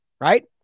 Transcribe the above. right